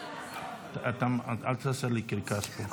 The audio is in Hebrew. אל תעשה לי קרקס פה.